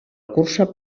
cursa